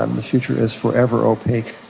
um the future is forever opaque.